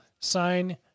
sign